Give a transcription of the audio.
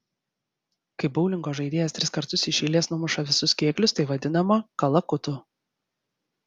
kai boulingo žaidėjas tris kartus iš eilės numuša visus kėglius tai vadinama kalakutu